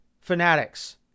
Fanatics